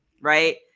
right